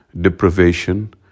deprivation